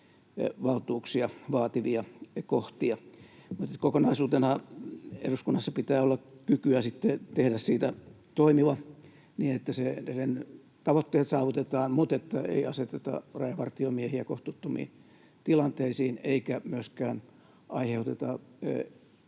valtuuksia vaativia kohtia. Eduskunnassa pitää olla kykyä sitten kokonaisuutena tehdä siitä toimiva, niin että sen tavoitteet saavutetaan mutta että ei aseteta rajavartiomiehiä kohtuuttomiin tilanteisiin eikä myöskään aiheuteta